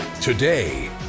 Today